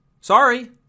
sorry